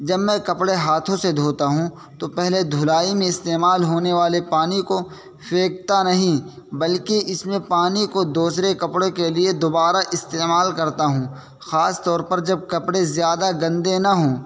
جب میں کپڑے ہاتھوں سے دھوتا ہوں تو پہلے دھلائی میں استعمال ہونے والے پانی کو پھینکتا نہیں بلکہ اس میں پانی کو دوسرے کپڑوں کے لیے دوبارہ استعمال کرتا ہوں خاص طور پر جب کپڑے زیادہ گندے نہ ہوں